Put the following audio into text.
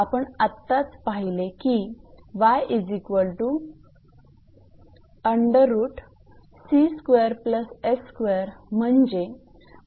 आपण आत्ताच पाहिले की म्हणजे 𝑦𝑐𝑑